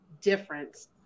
difference